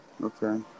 Okay